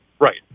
Right